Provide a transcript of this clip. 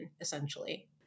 essentially